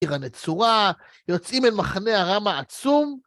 עיר הנצורה, יוצאים אל מחנה ארם העצום.